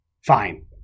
fine